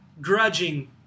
grudging